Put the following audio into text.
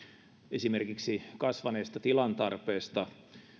esimerkiksi kasvaneesta tilantarpeesta